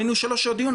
היינו שלוש שעות דיון,